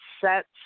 sets